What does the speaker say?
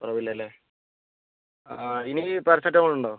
കുറവ് ഇല്ല അല്ലേ ആ ആ ഇനി പാരസെറ്റാമോൾ ഉണ്ടോ